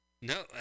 No